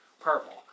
purple